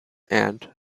and